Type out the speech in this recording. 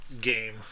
game